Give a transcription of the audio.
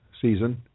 season